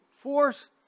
force